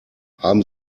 haben